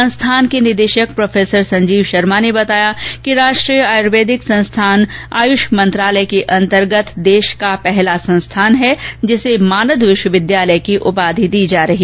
संस्थान के निदेशक प्रोफेसर संजीव शर्मा ने बताया कि राष्ट्रीय आयुर्वेदिक संस्थान आयुष मंत्रालय के अंतर्गत देश का पहला संस्थान है जिसे मानद विश्वविद्यालय की उपाधि दी जाएगी